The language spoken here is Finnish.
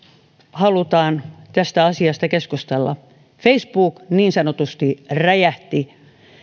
halutaan tästä asiasta keskustella facebook niin sanotusti räjähti